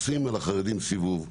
עושים על החרדים סיבוב,